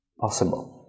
possible